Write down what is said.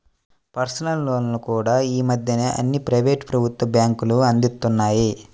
personal లోన్లు కూడా యీ మద్దెన అన్ని ప్రైవేటు, ప్రభుత్వ బ్యేంకులూ అందిత్తన్నాయి